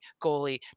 goalie